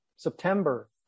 September